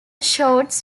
shorts